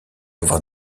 avoir